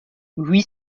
huit